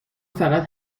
فقط